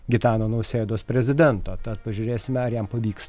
gitano nausėdos prezidento tad pažiūrėsime ar jam pavyks